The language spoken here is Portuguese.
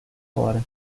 fora